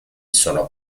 sono